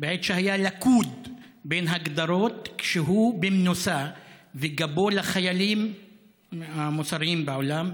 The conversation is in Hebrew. בעת שהיה לכוד בין הגדרות כשהוא במנוסה וגבו אל החיילים המוסריים בעולם.